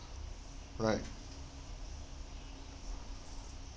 right